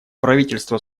правительство